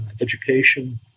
education